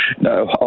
No